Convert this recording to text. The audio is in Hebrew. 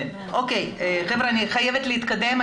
אני חייבת להתקדם.